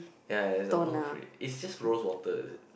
ya it's alcohol free it's just rose water is it